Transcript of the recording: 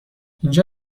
اینجا